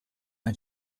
and